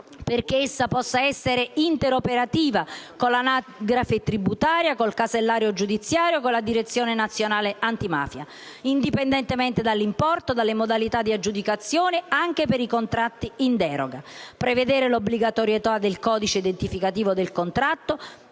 affinché essa possa essere interoperativa con l'anagrafe tributaria, con il casellario giudiziario, con la Direzione nazionale antimafia, indipendentemente dall'importo, dalle modalità di aggiudicazione, anche per i contratti in deroga; prevedere l'obbligatorietà del codice identificativo del contratto